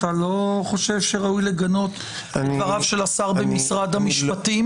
אתה לא חושב שראוי לגנות את השר במשרד המשפטים